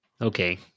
Okay